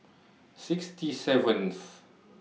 sixty seventh